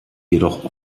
jedoch